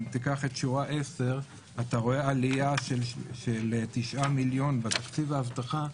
אם תיקח את שורה 10 אתה רואה עלייה של 9 מיליון בתקציב האבטחה.